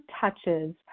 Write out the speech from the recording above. touches